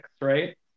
right